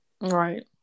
Right